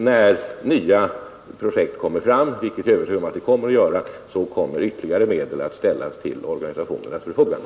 När nya projekt kommer fram — och jag är övertygad om att det kommer sådana — kommer ytterligare medel att ställas till organisationernas förfogande.